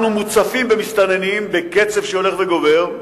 אנחנו מוצפים במסתננים בקצב הולך וגובר,